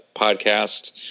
podcast